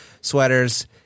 sweaters